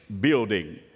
building